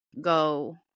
go